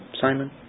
Simon